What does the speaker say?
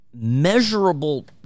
Measurable